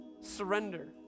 surrender